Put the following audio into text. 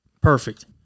Perfect